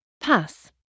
pass